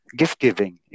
gift-giving